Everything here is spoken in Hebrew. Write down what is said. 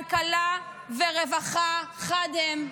כלכלה ורווחה חד הן.